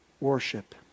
worship